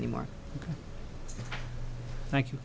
anymore thank you